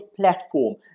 platform